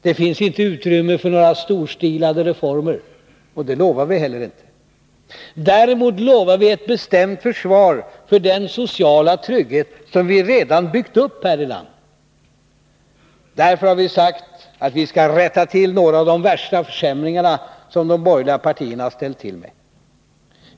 Det finns inget utrymme för några storstilade reformer. Det lovar vi inte heller. Däremot lovar vi ett bestämt försvar för den sociala trygghet som vi redan byggt upp här i landet. Därför har vi sagt att vi skall rätta till några av de värsta försämringarna som de borgerliga partierna ställt till med.